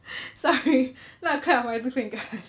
sorry not a clap of my two fingers